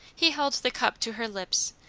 he held the cup to her lips,